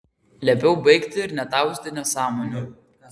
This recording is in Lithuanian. liepiau baigti ir netauzyti nesąmonių